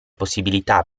possibilità